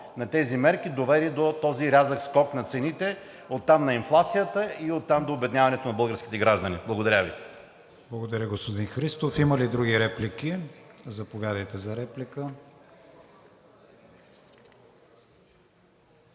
на тези мерки доведе до този рязък скок на цените, оттам на инфлация, а оттам на обедняването на българските граждани. ПРЕДСЕДАТЕЛ КРИСТИАН ВИГЕНИН: Благодаря, господин Христов. Има ли други реплики? Заповядайте за реплика.